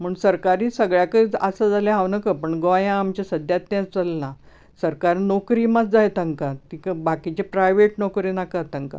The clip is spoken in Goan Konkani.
म्हूण सरकारी सगळ्याकच आसा जाल्यार हांव नकळो पूण गोंया आमच्या सद्या तेच चल्ला सरकार नोकरी मात जाय तांकां तिका बाकीचे प्रायवेट नोकऱ्यो नाकात तांकां